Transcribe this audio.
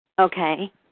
Okay